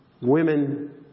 Women